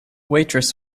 waitress